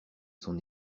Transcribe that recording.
son